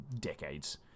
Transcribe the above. decades